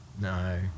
No